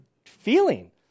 feeling